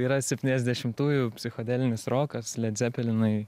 yra septyniasdešimtųjų psichodelinis rokas led zepelinai